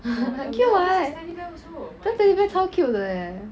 cute [what] 那个 teddy bear 超 cute 的 leh